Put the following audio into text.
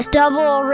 double